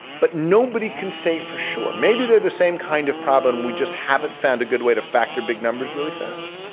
but nobody can say for sure. maybe they're the the same kind of problem we just haven't found a good way to factor big numbers really fast.